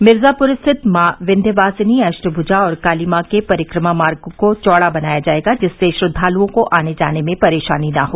मिर्जापूर स्थित माँ विन्ध्यवासिनी अष्टभुजा और काली माँ के परिक्रमा मार्ग को चौड़ा बनाया जायेगा जिससे श्रद्वाल्ओं को आने जाने में परेशानी न हो